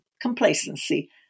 complacency